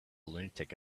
lunatic